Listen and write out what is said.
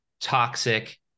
toxic